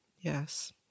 yes